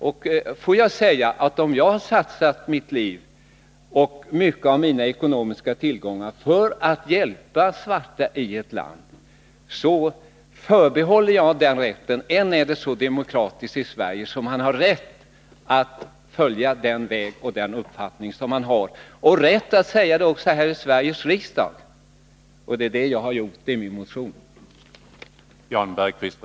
Om jag velat satsa mycket av mina ekonomiska tillgångar för att hjälpa svarta invånare i ett land, så förbehåller jag mig rätten därtill. Än är det så demokratiskt i Sverige att man har rätt att ha en egen uppfattning och att följa den väg man själv väljer. Och man har rätt att säga det här i Sveriges riksdag. Det är det jag har gjort i min motion och här i debatten.